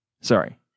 Sorry